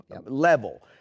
Level